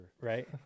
Right